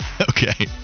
Okay